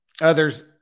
Others